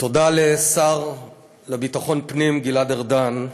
תודה לשר לביטחון פנים גלעד ארדן,